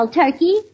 turkey